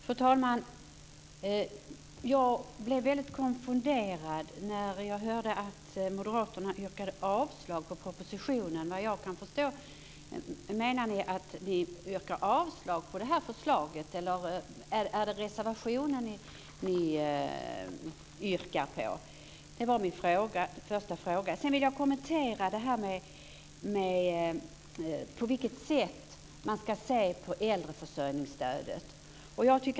Fru talman! Jag blev väldigt konfunderad när jag hörde att moderaterna yrkade avslag på propositionen. Vad jag förstår menar ni att ni yrkar avslag på förslaget. Eller yrkar ni bifall till reservationen? Sedan vill jag kommentera frågan om på vilket sätt man ska se på äldreförsörjningsstödet.